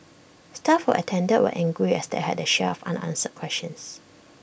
staff who attended were angry as they had their share of unanswered questions